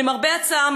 למרבה הצער,